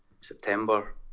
September